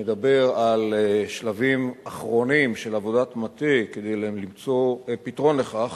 על שלבים אחרונים של עבודת מטה כדי למצוא פתרון לכך,